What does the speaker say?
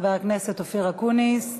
חבר הכנסת אופיר אקוניס,